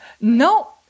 No